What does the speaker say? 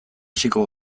hasiko